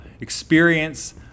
experience